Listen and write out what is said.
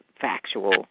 factual